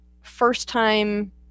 first-time